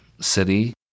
city